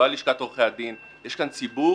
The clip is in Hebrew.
לא על לשכת עורכי הדין, יש כאן ציבור,